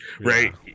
right